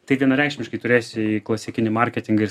tai vienareikšmiškai turėsi klasikinį marketingą ir